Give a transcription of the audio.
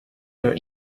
your